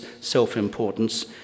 self-importance